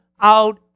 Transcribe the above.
out